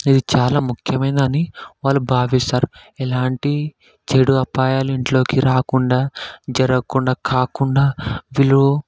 ఇది చాలా ముఖ్యమైన అని వాళ్ళు భావిస్తారు ఎలాంటి చెడు అపాయాలు ఇంట్లోకి రాకుండా జరగకుండా కాకుండా వీళ్ళు